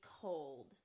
cold